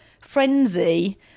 frenzy